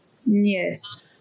Yes